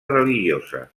religiosa